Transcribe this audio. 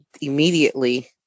immediately